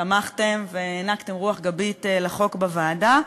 תמכתם והענקתם רוח גבית לחוק בוועדה.